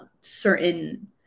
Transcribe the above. certain